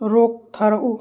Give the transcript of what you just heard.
rock ꯊꯥꯔꯛꯎ